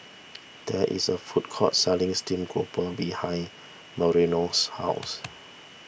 there is a food court selling Steam Grouper behind Marilou's house